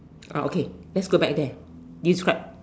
ah okay let's go back there you describe